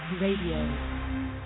Radio